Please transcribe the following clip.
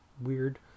weird